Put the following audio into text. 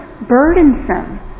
burdensome